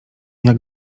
jak